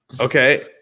Okay